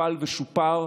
טופל ושופר,